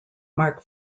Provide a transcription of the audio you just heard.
mark